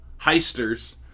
heisters